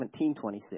17:26